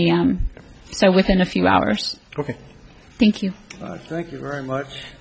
am so within a few hours ok thank you thank you very much